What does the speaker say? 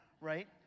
right